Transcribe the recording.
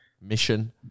mission